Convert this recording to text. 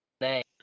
name